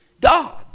God